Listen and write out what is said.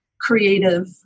creative